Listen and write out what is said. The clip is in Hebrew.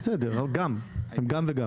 בסדר, גם וגם.